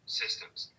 systems